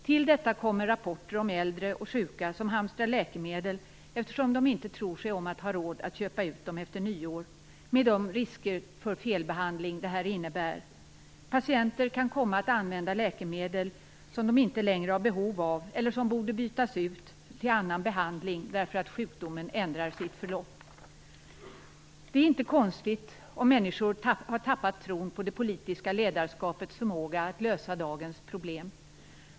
Till detta kommer rapporter om äldre och sjuka som hamstrar läkemedel, eftersom de inte tror sig om att ha råd att köpa ut dem efter nyår med de risker för felbehandling det innebär. Patienter kan komma att använda läkemedel som de inte längre har behov av eller som borde bytas ut till en annan behandling därför att sjukdomen ändrar sitt förlopp. Det är inte konstigt om människor har tappat tron på det politiska ledarskapets förmåga att lösa dagens problem.